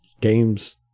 games